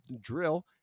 drill